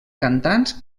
cantants